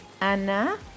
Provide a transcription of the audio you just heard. anna